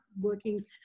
working